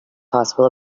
possible